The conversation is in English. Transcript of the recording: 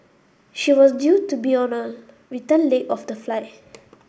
she was due to be on a return leg of the flight